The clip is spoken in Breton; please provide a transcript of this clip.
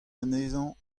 anezhañ